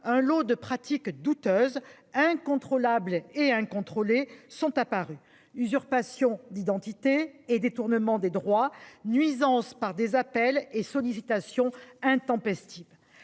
un lot de pratiques douteuses incontrôlables et incontrôlées sont apparus, usurpation d'identité et détournement des droits nuisances par des appels et sollicitations intempestives.